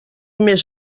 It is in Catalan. més